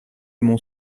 mon